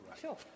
Sure